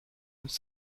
uns